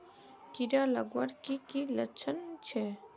कीड़ा लगवार की की लक्षण छे?